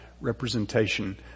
representation